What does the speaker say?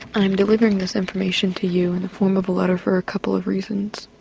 i'm delivering this information to you in the form of a letter for ah couple of reasons.